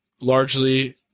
largely